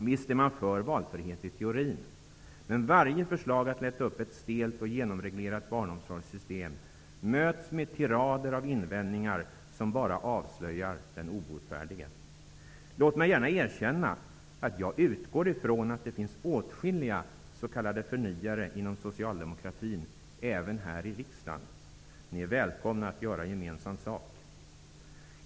Visst är man för valfrihet i teorin, men varje förslag att lätta upp ett stelt och genomreglerat barnomsorgssystem möts med tirader av invändningar som bara avslöjar den obotfärdiga. Låt mig gärna erkänna att jag utgår ifrån att det finns åtskilliga s.k. förnyare inom socialdemokratin även här i riksdagen. Ni är välkomna att göra gemensam sak.